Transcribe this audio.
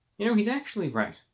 you know he's actually right.